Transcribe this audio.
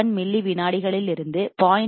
1 milli விநாடிகளில் இருந்து 0